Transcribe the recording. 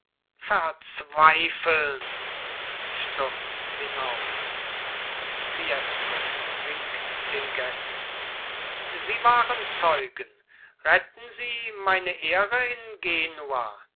verzweifeln stürzt hinaus fiesco winkt den gästen sie waren zeugen retten sie meine ehre in genua